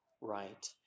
right